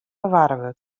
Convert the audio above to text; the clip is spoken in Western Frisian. bewarre